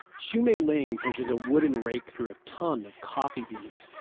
xu meiling pushes a wooden rake through a ton of coffee beans.